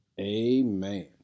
amen